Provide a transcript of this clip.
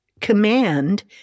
command